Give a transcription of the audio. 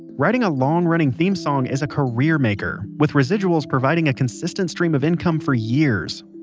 writing a long-running theme song is a career-maker, with residuals providing a constant stream of income for years.